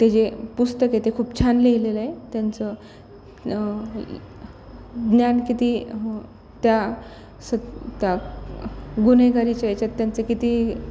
ते जे पुस्तक आहे ते खूप छान लिहिलेलं आहे त्यांचं ज्ञान किती त्या स त्या गुन्हेगारीच्या याच्यात त्यांचं किती